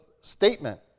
statement